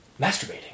masturbating